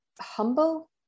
humble